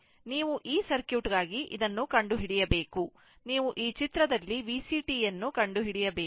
ನೀವು ಈ ಸರ್ಕ್ಯೂಟ್ ಗಾಗಿ ಇದನ್ನು ಕಂಡುಹಿಡಿಯಬೇಕು ನೀವು ಈ ಚಿತ್ರದಲ್ಲಿ VCt ಯನ್ನು ಕಂಡುಹಿಡಿಯಬೇಕು